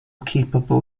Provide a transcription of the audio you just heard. capable